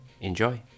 Enjoy